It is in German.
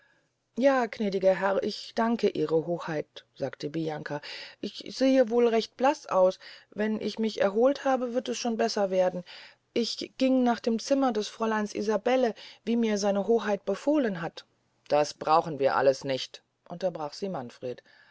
ja gnädiger herr ich danke ihre hoheit sagte bianca ich sehe wohl recht blaß aus wenn ich mich erholt habe wird das schon besser werden ich ging nach dem zimmer der fräulein isabelle wie mir seine hoheit befohlen hatten das brauchen wir alles nicht unterbrach sie manfred